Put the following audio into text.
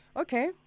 Okay